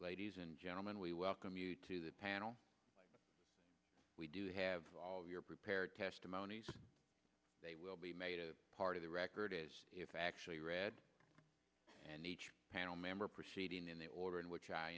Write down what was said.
ladies and gentlemen we welcome you to the panel we do have your prepared testimonies they will be made part of the record is actually read and each panel member proceeding in the order in which i